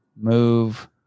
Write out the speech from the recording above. move